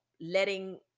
letting